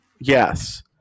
Yes